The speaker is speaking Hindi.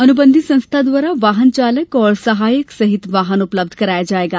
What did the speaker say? अनुबंधित संस्था द्वारा वाहन चालक एवं सहायक सहित वाहन उपलब्ध कराया जायेगा